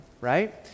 right